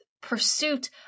Pursuit